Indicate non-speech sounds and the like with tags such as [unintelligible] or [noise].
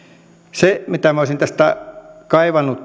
se mitä minä olisin tähän lakiesitykseen kaivannut [unintelligible]